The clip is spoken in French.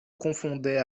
confondait